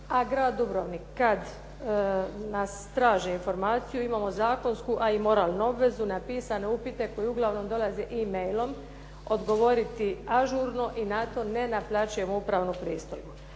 a Grad Dubrovnik kad nas traže informaciju imamo zakonsku, a i moralnu obvezu napisane upite koji uglavnom dolaze e-mailom odgovoriti ažurno i na to ne naplaćujemo upravnu pristojbu.